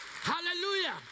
Hallelujah